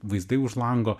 vaizdai už lango